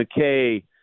McKay